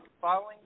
following